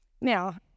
now